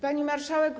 Pani Marszałek!